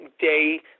day